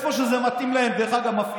דרך אגב, איפה שזה מתאים להם, מפעילים,